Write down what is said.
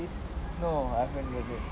no I haven't read it